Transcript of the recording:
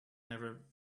never